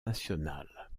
nationales